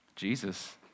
Jesus